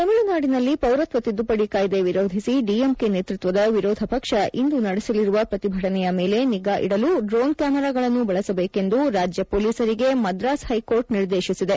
ತಮಿಳುನಾದಿನಲ್ಲಿ ಪೌರತ್ವ ತಿದ್ದುಪದಿ ಕಾಯ್ದೆ ವಿರೋಧಿಸಿ ಡಿ ಎಂ ಕೆ ನೇತೃತ್ವದ ವಿರೋಧ ಪಕ್ಷ ಇಂದು ನಡೆಸಲಿರುವ ಪ್ರತಿಭಟನೆಯ ಮೇಲೆ ನಿಗಾ ಇಡಲು ಡ್ರೋನ್ ಕ್ಯಾಮೆರಾಗಳನ್ನು ಬಳಸಬೇಕೆಂದು ರಾಜ್ಯ ಪೊಲೀಸರಿಗೆ ಮದಸ್ ಹೈಕೋರ್ಟ್ ನಿರ್ದೇಶಿಸಿದೆ